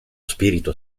spirito